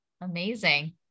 Amazing